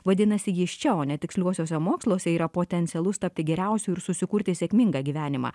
vadinasi jis čia o ne tiksliuosiuose moksluose yra potencialus tapti geriausiu ir susikurti sėkmingą gyvenimą